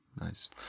Nice